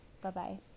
Bye-bye